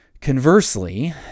conversely